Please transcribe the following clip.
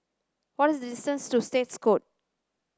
what is the distance to State Courts